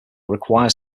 requires